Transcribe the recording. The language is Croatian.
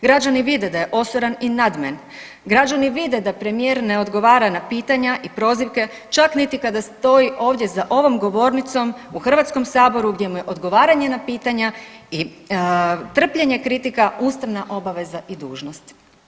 Građani vide da je osoran i nadmen, građani vide da premijer ne odgovara na pitanja i prozivke čak niti kada stoji ovdje za ovom govornicom u HS gdje mu je odgovaranje na pitanja i trpljenje kritika ustavna obaveza i dužnost.